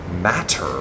matter